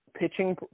pitching